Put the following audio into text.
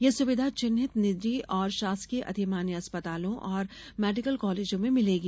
यह सुविधा चिहिन्त निजी और शासकीय अधिमान्य अस्पतालों और मेडिकल कालेजों में मिलेगी